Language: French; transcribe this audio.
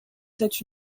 cette